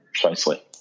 Precisely